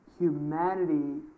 humanity